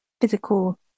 physical